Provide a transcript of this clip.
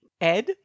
Ed